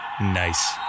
Nice